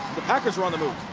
the packers are on the move.